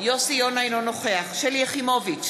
אינו נוכח שלי יחימוביץ,